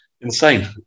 insane